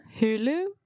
Hulu